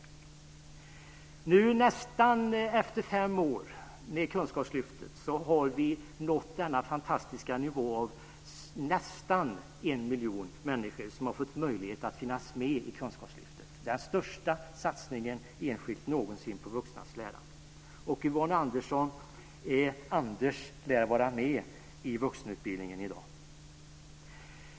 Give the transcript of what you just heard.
Efter nästan fem år med Kunskapslyftet har vi nått denna fantastiska nivå på nästan en miljon människor som har fått möjlighet att vara med i Kunskapslyftet. Det är den största enskilda satsningen någonsin på vuxnas lärande. Yvonne Andersson! Anders lär vara med i vuxenutbildningen i dag.